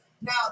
Now